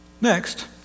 Next